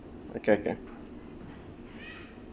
okay can